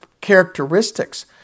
characteristics